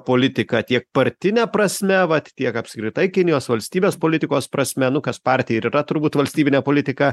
politika tiek partine prasme vat tiek apskritai kinijos valstybės politikos prasme nu kas partija ir yra turbūt valstybinė politika